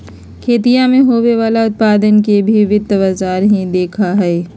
खेतीया से होवे वाला उत्पादन के भी वित्त बाजार ही देखा हई